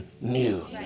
new